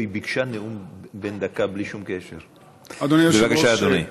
בבקשה, אדוני.